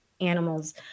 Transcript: animals